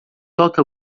toque